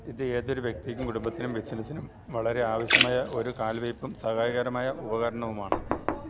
ഇത് ഏതൊരു വ്യക്തിക്കും കുടുംബത്തിനും ബിസിനസിനും വളരെ ആവശ്യമായൊരു കാൽവെയ്പ്പും സഹായകരമായ ഉപകരണവുമാണ്